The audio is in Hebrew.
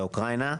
באוקראינה,